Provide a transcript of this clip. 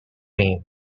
fame